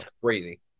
crazy